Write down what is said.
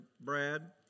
Brad